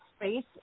space